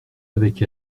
avec